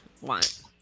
want